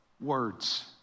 Words